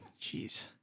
jeez